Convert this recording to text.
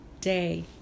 day